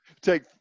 Take